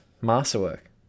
masterwork